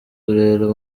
rero